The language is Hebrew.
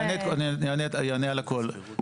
אני אענה על הכול.